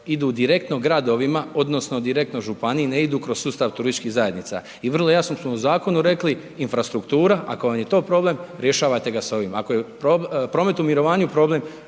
idu direktno gradovima, odnosno direktno županiji, ne idu kroz sustav turističkih zajednica. I vrlo jasno smo u zakonu rekli, infrastruktura, ako vam je to problem, rješavate ga s ovim. Ako je promet u mirovanju problem,